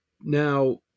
Now